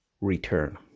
return